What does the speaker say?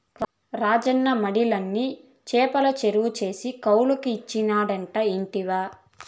రాజన్న మడిలన్ని నీ చేపల చెర్లు చేసి కౌలుకిచ్చినాడట ఇంటివా